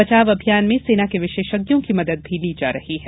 बचाव अभियान में सेना के विशेषज्ञों की मदद भी ली जा रही है